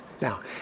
Now